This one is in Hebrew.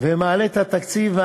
ומעלה את התקציב.